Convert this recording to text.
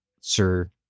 Sir